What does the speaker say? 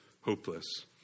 hopeless